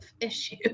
issue